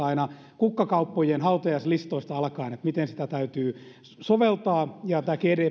aina kukkakauppojen hautajaislistoista alkaen se herättää huolta miten sitä täytyy soveltaa tämä